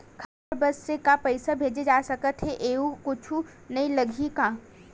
खाता नंबर बस से का पईसा भेजे जा सकथे एयू कुछ नई लगही का?